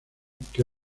que